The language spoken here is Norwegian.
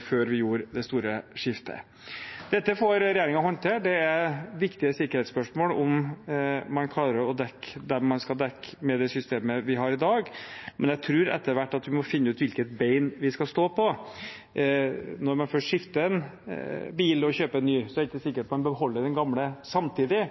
før vi gjorde det store skiftet. Dette får regjeringen håndtere. Det er viktige sikkerhetsspørsmål – om man klarer å dekke dem man skal dekke, med det systemet vi har i dag. Men jeg tror at vi etter hvert må finne ut hvilket bein vi skal stå på. Når man først skifter ut en bil og kjøper en ny, er det ikke sikkert man beholder den gamle samtidig.